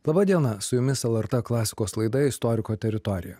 laba diena su jumis lrt klasikos laidoje istoriko teritorija